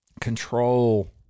control